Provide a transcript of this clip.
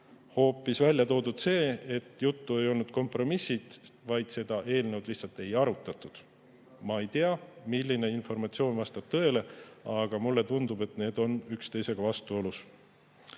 hoopis välja toodud see, et juttu ei ole kompromissist, vaid seda eelnõu lihtsalt ei arutatud. Ma ei tea, milline informatsioon vastab tõele, aga mulle tundub, et need on üksteisega vastuolus.